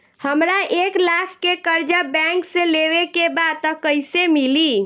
हमरा एक लाख के कर्जा बैंक से लेवे के बा त कईसे मिली?